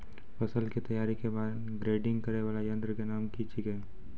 फसल के तैयारी के बाद ग्रेडिंग करै वाला यंत्र के नाम की छेकै?